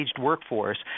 workforce